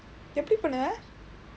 எப்படி பண்ணுவ:eppadi pannuva